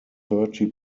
thirty